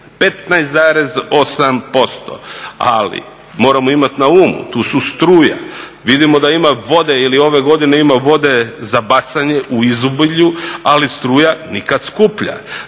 15,8%, ali moramo imati na umu tu su struja. Vidimo da ima vode ili ove godine ima vode za bacanje u izobilju, ali struja nikad skuplja.